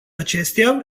acestea